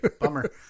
bummer